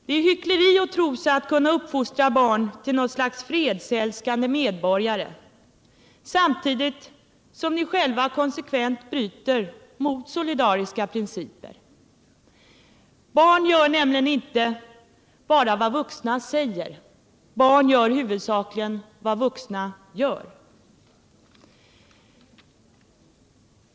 Det är hyckleri att ni tror er kunna uppfostra barn till något slags fredsälskande medborgare samtidigt som ni själva konsekvent bryter mot solidariska principer. Barn gör nämligen inte bara vad vuxna säger — barn gör huvudsakligen vad vuxna gör.